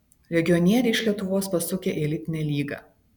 legionieriai iš lietuvos pasukę į elitinę lygą